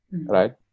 right